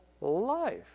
life